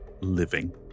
Living